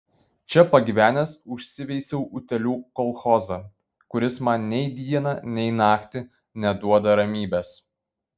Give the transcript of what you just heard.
čia pagyvenęs užsiveisiau utėlių kolchozą kuris man nei dieną nei naktį neduoda ramybės